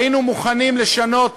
היינו מוכנים לשנות